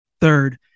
third